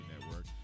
Network